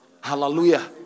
Hallelujah